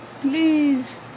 Please